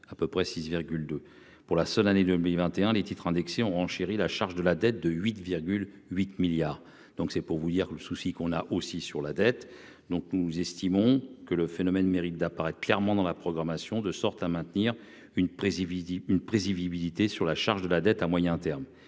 à peu près 6 2 pour la seule année 2021 les titres indexés ont renchérit la charge de la dette de huit virgule 8 milliards, donc c'est pour vous dire le souci qu'on a aussi sur la dette, donc nous estimons que le phénomène mérite d'apparaître clairement dans la programmation de sorte à maintenir une prési visible une prési visibilité sur la charge de la dette à moyen terme